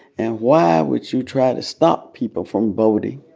and why would you try to stop people from voting